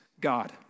God